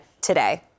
today